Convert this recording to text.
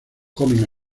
comen